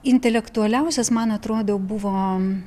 intelektualiausias man atrodo buvom